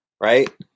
right